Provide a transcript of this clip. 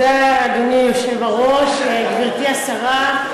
אדוני היושב-ראש, תודה, גברתי השרה,